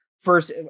First